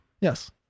Yes